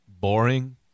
boring